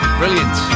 brilliant